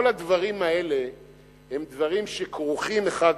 כל הדברים האלה הם דברים שכרוכים אחד בשני.